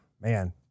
Man